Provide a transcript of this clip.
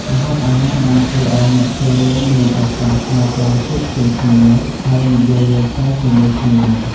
ម្ហូបអាហារបានធ្វើឲ្យអ្នកចូលរួមមានឱកាសក្នុងការជួបជុំគ្នាហើយនិយាយលេងសើចជាមួយគ្នា។